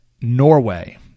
Norway